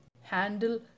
handle